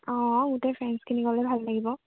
অঁ গোটেই ফ্ৰেণ্ডছখিনি গ'লে ভাল লাগিব